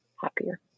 happier